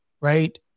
Right